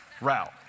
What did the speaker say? route